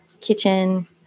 kitchen